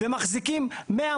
ומחזיקים 100,